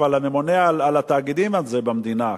אבל הממונה על התאגידים במדינה,